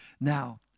Now